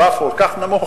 הרף כל כך נמוך,